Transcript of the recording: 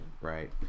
right